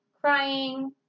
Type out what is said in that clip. crying